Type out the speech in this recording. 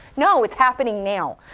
no, it's happening now.